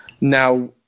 now